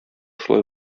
шулай